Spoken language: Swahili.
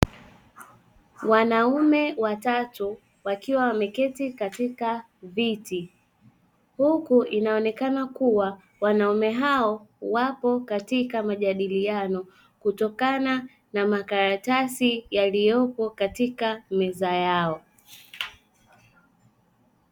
Wanaume watatu wakiwa wameketi katika viti, huku inaonekana kuwa wanaume hao wapo katika majadiliano kutokana na makaratasi yaliyopo katika meza yao.